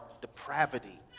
depravity